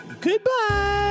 goodbye